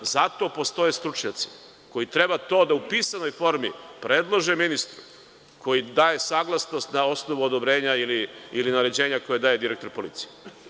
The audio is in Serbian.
Za to postoje stručnjaci, koji treba to u pisanoj formi da predlože ministru, koji daje saglasnost na osnovu odobrenja ili naređenja koje daje direktor policije.